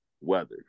Weather